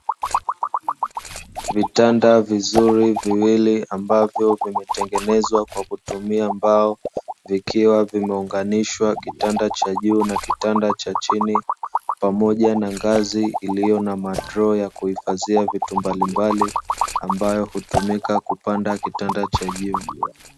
Vitanda vizuri viwili ambavyo vimetengenezwa kwa kutumia mbao, vikiwa vimeunganishwa kitanda cha juu na kitanda cha chini pamoja na ngazi iliyo na madroo ya kuhifadhia vitu mbalimbali, ambayo hutumika kupanda kitanda cha juu.